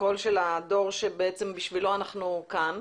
הקול של הדור שבעצם עבורו אנחנו כאן.